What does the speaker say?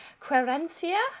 querencia